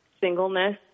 singleness